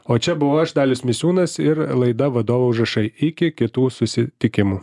o čia buvau aš dalius misiūnas ir laida vadovo užrašai iki kitų susitikimų